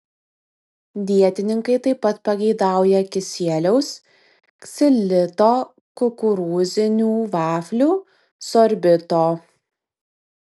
dietininkai taip pat pageidauja kisieliaus ksilito kukurūzinių vaflių sorbito